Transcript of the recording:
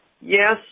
Yes